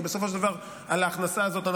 כי בסופו של דבר ההכנסה הזאת,